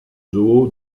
zoo